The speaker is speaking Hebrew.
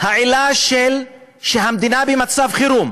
העילה שהמדינה במצב חירום,